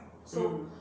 mm